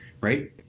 right